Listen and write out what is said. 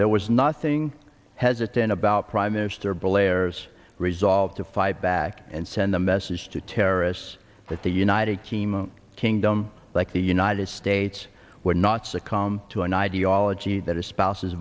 there was nothing has a ten about prime minister blair's resolve to fight back and send a message to terrorists that the united team a kingdom like the united states will not succumb to an ideology that espouses